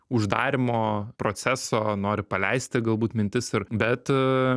uždarymo proceso nori paleisti galbūt mintis ir bet